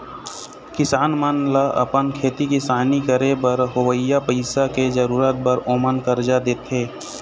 किसान मन ल अपन खेती किसानी करे बर होवइया पइसा के जरुरत बर ओमन करजा देथे